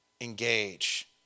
Engage